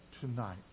tonight